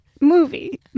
movie